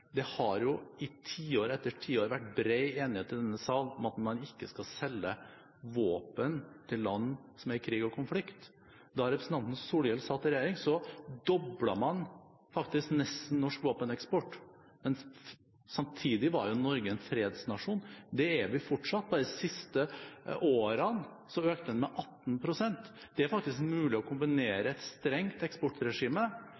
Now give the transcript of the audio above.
Det har jo i tiår etter tiår vært bred enighet i denne sal om at man ikke skal selge våpen til land som er i krig og konflikt. Da representanten Solhjell satt i regjering, nesten doblet man faktisk norsk våpeneksport, men samtidig var jo Norge en fredsnasjon. Det er vi fortsatt. Bare de siste årene økte den med 18 pst. Det er faktisk mulig å